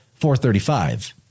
435